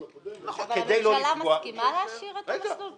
הקודם --- והממשלה מסכימה להשאיר את המסלול?